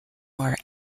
war